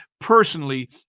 personally